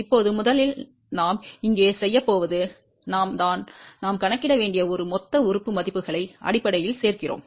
இப்போது முதலில் நாம் இங்கே செய்யப் போவது நாம் தான் நாம் கணக்கிட வேண்டிய ஒரு மொத்த உறுப்பு மதிப்புகளை அடிப்படையில் சேர்க்கிறோம்